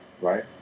right